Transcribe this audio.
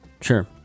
Sure